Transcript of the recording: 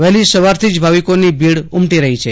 વહેલી સવારથી ભાવિકોની ભીડ ઉમટી રહી છે